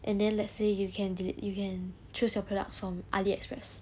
and then let's say you can del~ you can choose your products from aliexpress